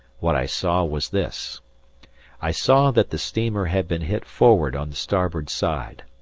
what i saw was this i saw that the steamer had been hit forward on the starboard side.